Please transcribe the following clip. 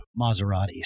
Maseratis